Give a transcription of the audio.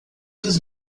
dos